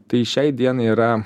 tai šiai dienai yra